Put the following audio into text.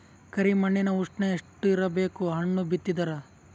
ಕರಿ ಮಣ್ಣಿನ ಉಷ್ಣ ಎಷ್ಟ ಇರಬೇಕು ಹಣ್ಣು ಬಿತ್ತಿದರ?